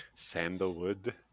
sandalwood